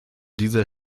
dieser